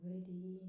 Ready